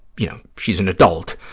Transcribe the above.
you know, she's an adult.